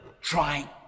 trying